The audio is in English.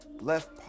left